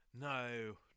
No